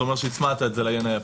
זה אומר שהצמדת את זה ל-ין היפנית.